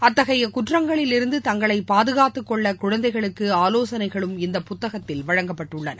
அத்தகைய குற்றங்களிலிருந்து தஙகளை பாதுகாத்துக்கொள்ள குழந்தைகளுக்கு ஆலோசனைகளும் இந்த புத்தகத்தில் வழங்கப்பட்டுள்ளன